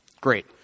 Great